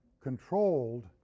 controlled